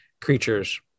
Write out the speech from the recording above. creatures